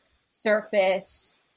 surface